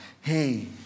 Hey